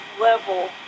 level